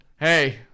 Hey